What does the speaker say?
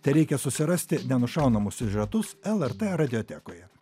tereikia susirasti nenušaunamus siužetus lrt radiotekoje